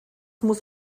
muss